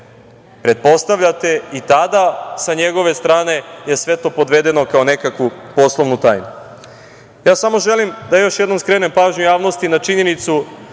pretpostavljate, i tada sa njegove strane je sve to podvedeno kao na nekakva poslovna tajna. Ja samo želim da još jednom skrenem pažnju javnosti na činjenicu